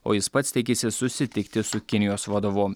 o jis pats tikisi susitikti su kinijos vadovu